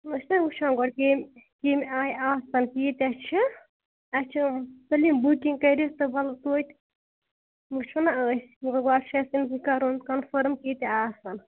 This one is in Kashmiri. أسۍ چھِنا وُچھان گۄڈٕ کَمہِ کَمہِ آیہِ آسَن کۭتیاہ چھِ اَسہِ چھِ سٲلِم بُکِنٛگ کٔرِتھ تہٕ وَلہٕ توتہِ وُچھَو نا أسۍ گۄڈٕ چھِ اَسہِ یہِ کَرُن کَنٛفٲرٕم کۭتیاہ آسَن